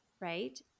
right